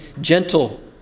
gentle